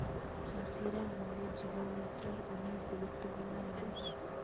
চাষিরা আমাদের জীবন যাত্রায় অনেক গুরুত্বপূর্ণ মানুষ